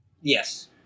Yes